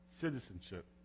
citizenship